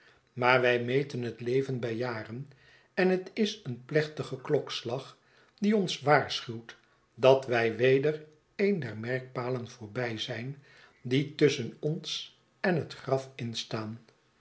maar wij melen het leven bij jaren en het is een plechtige klokslag die ons waarschuwt dat wij weder een der merkpalen voorbij zijn die tusschen ons en het graf instaan